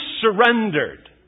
surrendered